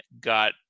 got –